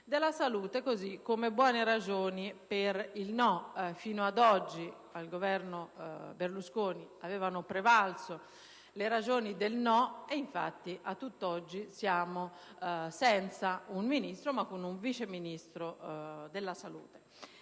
della salute così come per un no. Fino ad oggi nel Governo Berlusconi avevano prevalso le ragioni del no ed infatti, a tutt'oggi, siamo senza un Ministro ma con un Vice Ministro della salute.